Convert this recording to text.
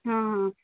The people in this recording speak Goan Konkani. हां हां